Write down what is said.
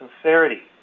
sincerity